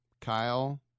Kyle